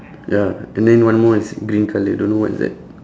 ya and then one more is green colour don't know what is that